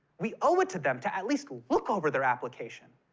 we owe it to them to at least look over their application.